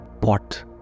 pot